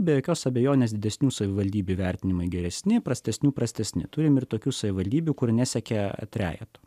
be jokios abejonės didesnių savivaldybių įvertinimai geresni prastesnių prastesni turime ir tokių savivaldybių kur nesiekia trejetų